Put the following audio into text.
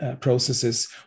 processes